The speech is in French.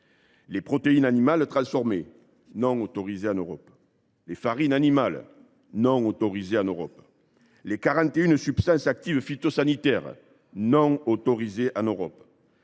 les protéines animales transformées, non autorisées en Europe, les farines animales, non autorisées en Europe, ou encore les 41 substances actives phytosanitaires, non autorisées en Europe.